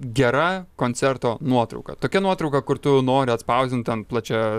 gera koncerto nuotrauka tokia nuotrauka kur tu nori atspausdint ant plačia